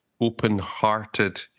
open-hearted